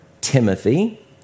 Timothy